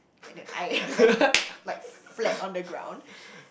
and then I was like like flat on the ground